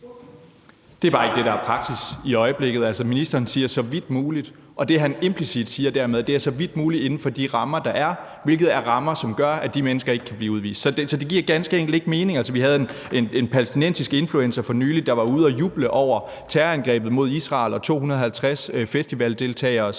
Det er bare ikke det, der er praksis i øjeblikket. Ministeren siger »så vidt muligt«, og det, han dermed implicit siger, er at det så vidt muligt kan ske inden for de rammer, der er, hvilket er rammer, som gør, at de mennesker ikke kan blive udvist. Så det giver ganske enkelt ikke mening. Altså, vi havde for nylig en palæstinensisk influencer, der var ude at juble over terrorangrebet mod Israel og 250 festivaldeltageres